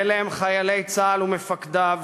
אלה הם חיילי צה"ל ומפקדיו,